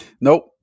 Nope